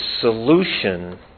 solution